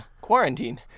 quarantine